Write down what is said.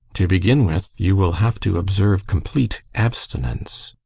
to begin with, you will have to observe complete abstinence.